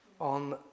on